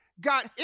Got